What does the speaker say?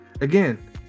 again